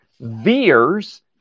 veers